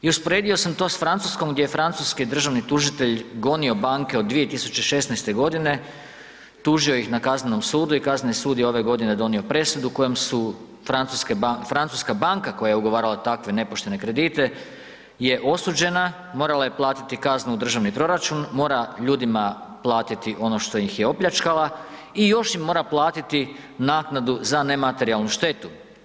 I usporedio sam to s Francuskom gdje je francuski državni tužitelj gonio banke od 2016. godine, tužio ih na kaznenom sudu i kazneni sud je ove godine donio presudu kojom su francuske banke, francuska banka koja je ugovarala takve nepoštene kredite je osuđena, morala je platiti kaznu u državni proračun, mora ljudima platiti ono što ih je opljačkala i još im mora platiti naknadu za nematerijalnu štetu.